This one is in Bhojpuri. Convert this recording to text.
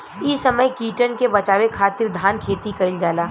इ समय कीटन के बाचावे खातिर धान खेती कईल जाता